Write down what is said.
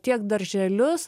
tiek darželius